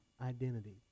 identity